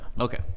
Okay